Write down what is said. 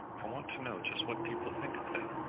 i want to know just what people think of them.